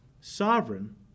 sovereign